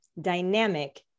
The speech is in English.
dynamic